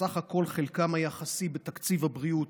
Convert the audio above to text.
בסך הכול חלקם היחסי בתקציב הבריאות,